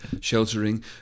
sheltering